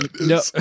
No